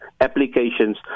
applications